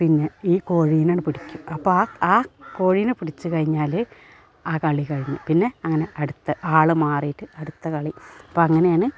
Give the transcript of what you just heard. പിന്നെ ഈ കോഴീനിങ്ങോട്ടു പിടിക്കും അപ്പം ആ ആ കോഴീനെ പിടിച്ചു കഴിഞ്ഞാൽ ആ കളി കഴിഞ്ഞു പിന്നെ അങ്ങനെ അടുത്ത ആൾ മാറിയിട്ട് അടുത്ത കളി അപ്പം അങ്ങനെയാണ്